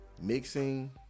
mixing